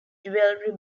jewelry